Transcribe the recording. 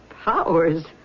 Powers